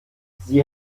sie